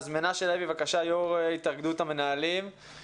מנשה לוי, יו"ר התאגדות המנהלים, בבקשה.